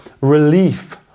relief